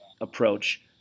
approach